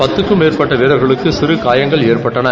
பத்துக்கும் மேற்பட்டவிரர்களுக்குசிறகாயங்கள் ஏற்பட்டன